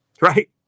right